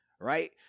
right